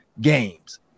games